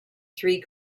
three